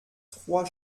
trois